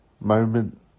moment